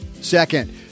Second